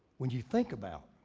when you think about,